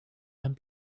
and